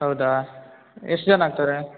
ಹೌದ ಎಷ್ಟು ಜನ ಆಗ್ತಾರೆ